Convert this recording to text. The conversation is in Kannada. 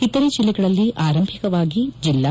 ಇತರೆ ಜಿಲ್ಲೆಗಳಲ್ಲಿ ಆರಂಭಿಕವಾಗಿ ಜಿಲ್ಲಾ